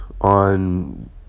on